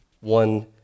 one